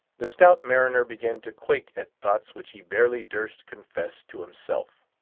the stout mariner began to quake at thoughts which he barely durst confess to himself.